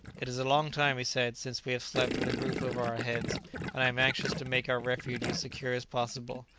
it is a long time, he said, since we have slept with a roof over our heads and i am anxious to make our refuge as secure as possible.